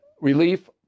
relief